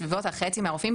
בסביבות חצי מהרופאים,